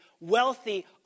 wealthy